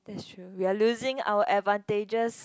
that's true we're losing our advantages